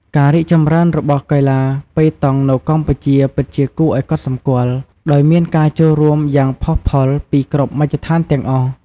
ការរីកចម្រើនរបស់កីឡាប៉េតង់នៅកម្ពុជាពិតជាគួរឱ្យកត់សម្គាល់ ដោយមានការចូលរួមយ៉ាងផុសផុលពីគ្រប់មជ្ឈដ្ឋានទាំងអស់។